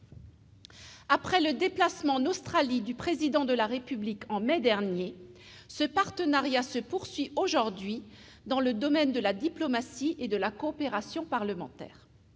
Après le déplacement en Australie du Président de la République en mai dernier, ce partenariat se poursuit aujourd'hui dans le domaine de la diplomatie et de la coopération parlementaires.